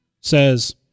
says